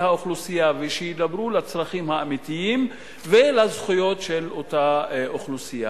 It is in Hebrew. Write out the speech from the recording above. האוכלוסייה ושידברו על הצרכים האמיתיים והזכויות של אותה אוכלוסייה.